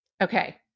Okay